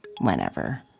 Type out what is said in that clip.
whenever